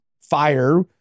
fire